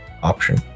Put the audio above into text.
option